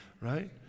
right